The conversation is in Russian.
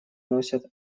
носят